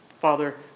Father